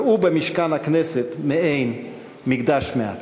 ראו במשכן הכנסת מעין מקדש מעט.